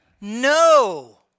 No